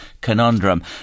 conundrum